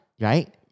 Right